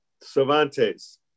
Cervantes